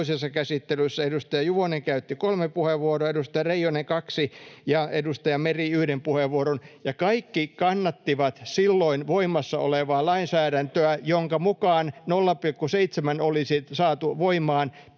toisessa käsittelyssä, edustaja Juvonen käytti kolme puheenvuoroa, edustaja Reijonen kaksi ja edustaja Meri yhden puheenvuoron. [Timo Heinonen: Voitteko referoida vielä lyhyesti!] Ja kaikki kannattivat silloin voimassa ollutta lainsäädäntöä, jonka mukaan 0,7 olisi saatu voimaan tai